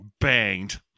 banged